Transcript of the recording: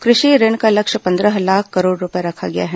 कृषि ऋण का लक्ष्य पंद्रह लाख करोड़ रूपये रखा गया है